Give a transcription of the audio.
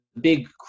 big